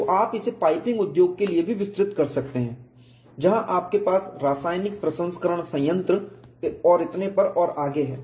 तो आप इसे पाइपिंग उद्योग के लिए भी विस्तृत कर सकते हैं जहां आपके पास रासायनिक प्रसंस्करण संयंत्र और इतने पर और आगे हैं